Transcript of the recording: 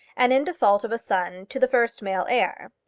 and in default of a son to the first male heir.